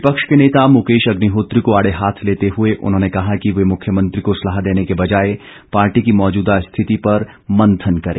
विपक्ष के नेता मुकेश अग्निहोत्री को आड़े हाथ लेते हुए उन्होंने कहा कि वे मुख्यमंत्री को सलाह देने के बजाए पार्टी की मौजूदा स्थिति पर मंथन करें